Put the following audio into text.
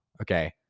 okay